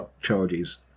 charges